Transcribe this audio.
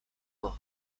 marin